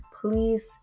please